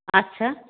আচ্ছা